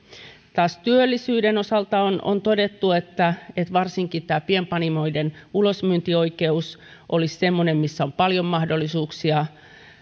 työllisyyden osalta taas on todettu että varsinkin pienpanimoiden ulosmyyntioikeus olisi semmoinen missä on paljon mahdollisuuksia